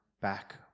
back